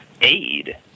aid